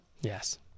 yes